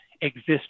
exist